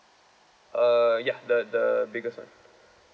uh ya the the biggest [one]